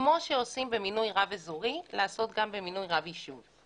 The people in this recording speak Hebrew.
כמו שעושים במינוי רב אזורי לעשות גם במינוי רב יישוב.